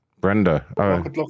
Brenda